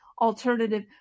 alternative